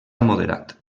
moderat